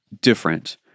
different